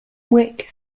wick